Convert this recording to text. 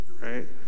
right